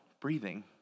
breathing